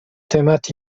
temat